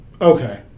Okay